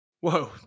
Whoa